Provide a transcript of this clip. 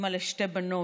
אימא לשתי בנות,